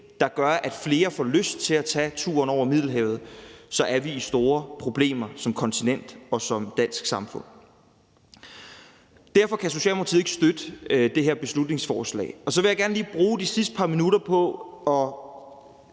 der gør, at flere får lyst til at tage turen over Middelhavet, så er vi i store problemer som kontinent og som dansk samfund. Derfor kan Socialdemokratiet ikke støtte det her beslutningsforslag. Jeg vil gerne lige bruge de sidste par minutter på at